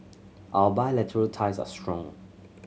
our bilateral ties are strong